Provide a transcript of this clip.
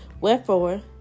Wherefore